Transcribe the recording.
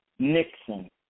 Nixon